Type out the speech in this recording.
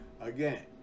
Again